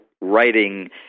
writing